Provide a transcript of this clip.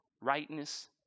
rightness